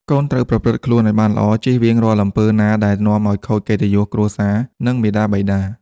កូនត្រូវប្រព្រឹត្តខ្លួនឲ្យបានល្អ ចៀសវាងរាល់ទង្វើណាដែលនាំឲ្យខូចកិត្តិយសគ្រួសារ និងមាតាបិតា។